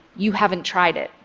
you haven't tried it.